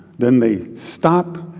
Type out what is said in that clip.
then they stop,